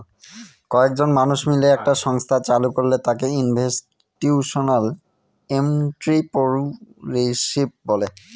কয়েকজন মানুষ মিলে একটা সংস্থা চালু করলে তাকে ইনস্টিটিউশনাল এন্ট্রিপ্রেনিউরশিপ বলে